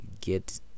get